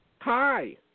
Hi